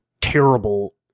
terrible